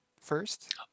first